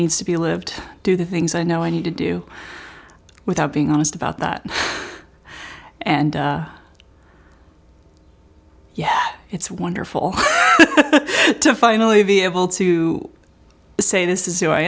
needs to be lived do the things i know i need to do without being honest about that and yes it's wonderful to finally be able to say this is who i